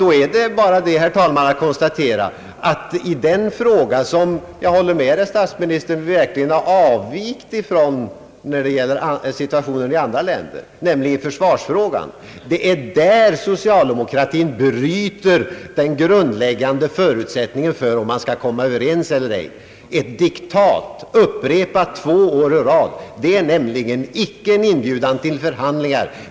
Då är det bara, herr talman, att konstatera att i försvarsfrågan — jag håller med statsministern att vi i den frågan verkligen har avvikit från situationen i andra länder — bryter socialdemokratin mot den grundläggande förutsättningen för att man skall kunna komma överens. Ett diktat, upprepat två år i rad, är nämligen icke en inbjudan till förhandlingar.